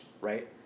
right